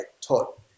taught